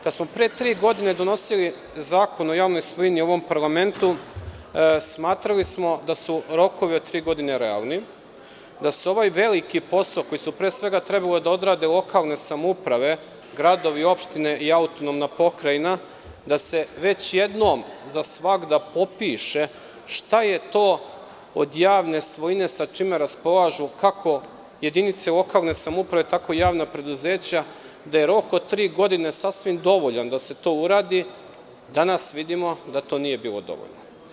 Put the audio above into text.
Kada smo pre tri godine donosili zakon o javnoj svojini u ovom parlamentu, smatrali smo da su rokovo od tri godine realni, da ovaj veliki posao koji su pre svega trebale da odrade lokalne samouprave, gradovi, opštine i AP, da se već jednom za svagda popiše šta je to od javne svojine sa čime raspolažu, kako jedinice lokalne samouprave, tako i javna preduzeća, da je rok od tri godine sasvim dovoljan da se to uradi, danas vidimo da to nije bilo dovoljno.